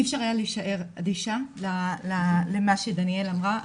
אי אפשר להישאר אדישה למה שדניאל אמרה.